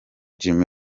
jimmy